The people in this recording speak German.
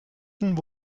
pferden